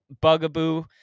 Bugaboo